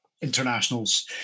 internationals